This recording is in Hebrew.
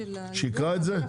שיקרא את זה?